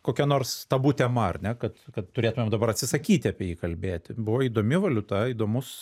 kokia nors tabu tema ar ne kad kad turėtumėm dabar atsisakyti apie jį kalbėti buvo įdomi valiuta įdomus